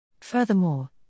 Furthermore